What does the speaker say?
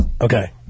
Okay